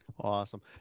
Awesome